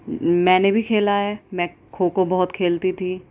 میں نے بھی کھیلا ہے میں کھوکھو بہت کھیلتی تھی